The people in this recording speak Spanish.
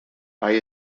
hay